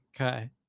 Okay